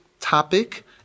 topic